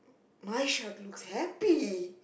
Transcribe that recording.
mine shark looks happy